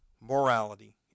morality